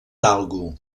talgo